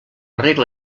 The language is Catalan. regla